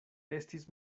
estis